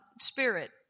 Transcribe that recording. spirit